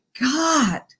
God